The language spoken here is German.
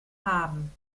haben